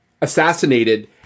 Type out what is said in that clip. assassinated